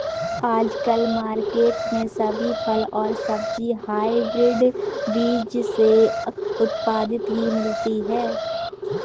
आजकल मार्केट में सभी फल और सब्जी हायब्रिड बीज से उत्पादित ही मिलती है